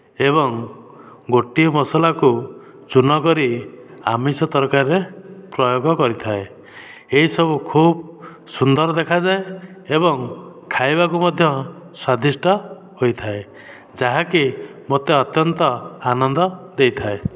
ଏବଂ ଗୋଟିଏ ମସଲାକୁ ଚୂନ କରି ଆମିଷ ତରକାରୀରେ ପ୍ରୟୋଗ କରିଥାଏ ଏହି ସବୁ ଖୁବ୍ ସୁନ୍ଦର ଦେଖାଯାଏ ଏବଂ ଖାଇବାକୁ ମଧ୍ୟ ସ୍ୱାଦିଷ୍ଟ ହୋଇଥାଏ ଯାହାକି ମୋତେ ଅତ୍ୟନ୍ତ ଆନନ୍ଦ ଦେଇଥାଏ